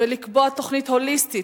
ולקבוע תוכנית הוליסטית,